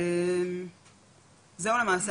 זהו למעשה,